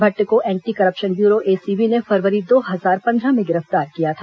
भट्ट को anti corruption bureau ACB ने फरवरी दो हजार पन्द्रह में गिरफ्तार किया था